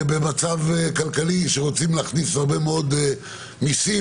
במצב כלכלי שרוצים להכניס הרבה מאוד מיסים,